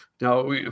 now